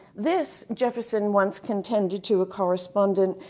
this, jefferson once contended to a correspondent,